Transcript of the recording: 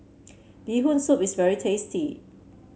Bee Hoon Soup is very tasty